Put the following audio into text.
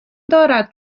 دارد